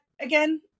again